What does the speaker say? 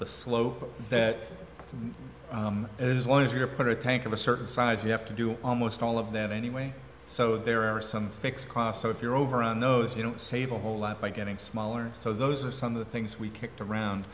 slope that is one of your put a tank of a certain size you have to do almost all of that anyway so there are some fixed costs so if you're over on those you don't save a whole lot by getting smaller so those are some of the things we kicked around